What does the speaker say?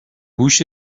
هوش